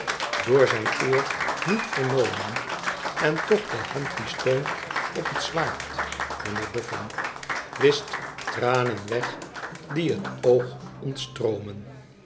door zijn oor niet vernomen en toch de hand die steunt op t zwaard meneer bofhn wischt tranen weg die t oog